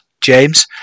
James